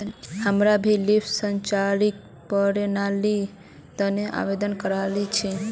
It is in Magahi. हमरा भी लिफ्ट सिंचाईर प्रणालीर तने आवेदन करिया छि